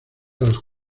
los